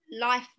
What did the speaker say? life